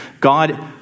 God